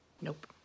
Nope